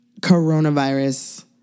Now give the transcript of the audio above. coronavirus